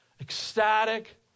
ecstatic